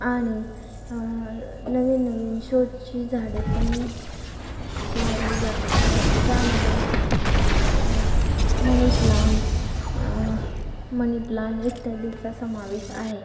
आणि नवीन नवीन शो ची झाडे पण लावली जातात त्या त्यामध्ये मणी प्लांट मणी प्लाण इत्यादींचा समावेश आहे